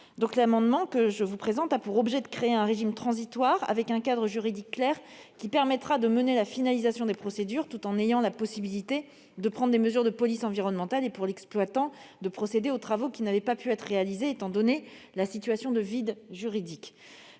L'amendement que je vous présente a pour objet de créer un régime transitoire, avec un cadre juridique clair, qui permettra de finaliser les procédures, tout en ayant la possibilité de prendre des mesures de police environnementale et, pour l'exploitant, de procéder aux travaux qui n'avaient pas pu être réalisés à cause de la situation de vide juridique.